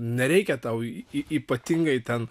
nereikia tau ypatingai ten